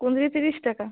কুঁদরি তিরিশ টাকা